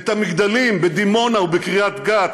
את המגדלים בדימונה ובקריית גת,